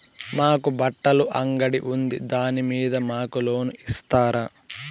మాకు బట్టలు అంగడి ఉంది దాని మీద మాకు లోను ఇస్తారా